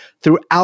throughout